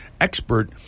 expert